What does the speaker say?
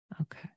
Okay